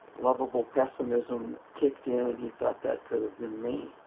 lovable pessimism kicked in and he thought that could have been me.